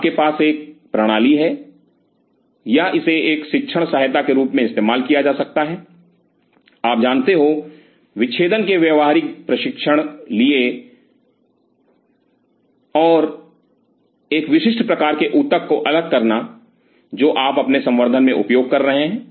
तो आपके पास एक प्रणाली है या इसे एक शिक्षण सहायता के रूप में इस्तेमाल किया जा सकता है आप जानते हो विच्छेदन के व्यावहारिक प्रशिक्षण लिए और एक विशिष्ट प्रकार के ऊतक को अलग करना जो आप अपने संवर्धन में उपयोग कर रहे हैं